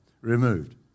removed